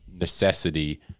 necessity